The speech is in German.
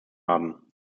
haben